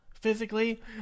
physically